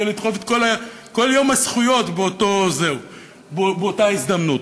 לדחוף את כל יום הזכויות באותה הזדמנות.